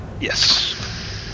Yes